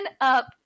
up